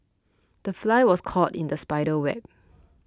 the fly was caught in the spider's web